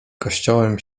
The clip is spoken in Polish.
kościołem